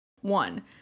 One